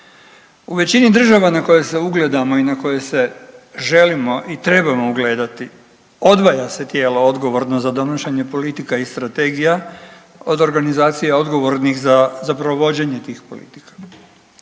U većini država na koje se ugledamo i na koje se želimo i trebamo ugledati odvaja se tijelo odgovorno za donošenje politika i strategija od organizacija odgovornih za provođenje tih politika,